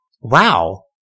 wow